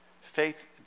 faith